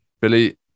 billy